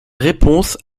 réponse